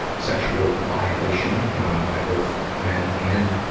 sexual violation by both men and